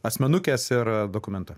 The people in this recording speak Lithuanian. asmenukės ir dokumento